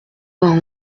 vingt